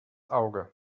auge